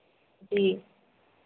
जी